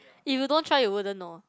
if you don't try you wouldn't know